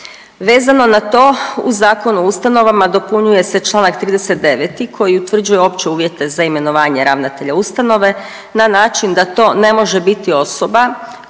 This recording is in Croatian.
Vezano na to, u Zakonu o ustanovama dopunjuje se Članak 39. koji utvrđuje opće uvjete za imenovanje ravnatelja ustanove na način da to ne može biti osoba